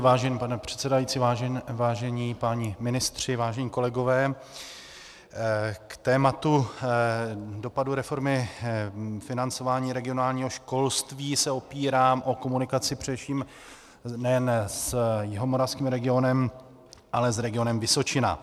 Vážený pane předsedající, vážení páni ministři, vážení kolegové, k tématu dopadu reformy financování regionálního školství se opírám o komunikaci především nejen s Jihomoravským regionem, ale s regionem Vysočina.